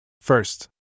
First